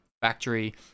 factory